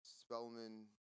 Spellman